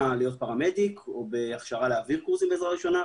להיות פרמדיק או בהכשרה להעביר קורסים בעזרה ראשונה,